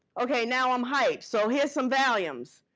okay, now i'm hype, so here's some valiums.